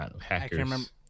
hackers